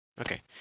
Okay